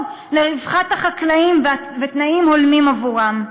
לרווחת החקלאים ולתנאים הולמים עבורם.